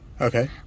Okay